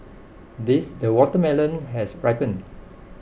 this the watermelon has ripened